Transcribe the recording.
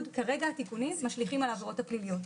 התיקונים כרגע משליכים על העבירות הפליליות.